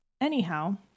Anyhow